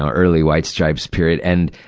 ah early white stripes period. and,